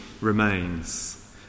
remains